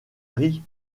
ris